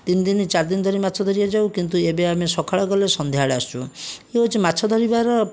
ତିନଦିନ ଚାରିଦିନ ଧରି ମାଛ ଧରିବାକୁ ଯାଉ କିନ୍ତୁ ଏବେ ଆମେ ସଖାଳେ ଗଲେ ସନ୍ଧ୍ୟାବେଳେ ଆସୁଛୁ ଇଏ ହେଉଛି ମାଛ ଧରିବାର